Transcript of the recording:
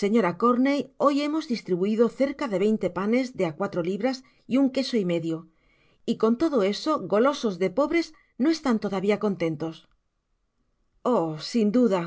señora corney hoy hemos distribuido cerca de veinte panes de á cuatro libras y un queso y medio y con todo esos golo sos de pobres no están todavia contentos i oh sin duda